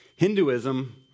Hinduism